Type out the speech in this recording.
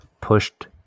pushed